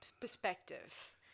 perspective